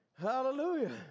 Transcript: Hallelujah